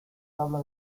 habla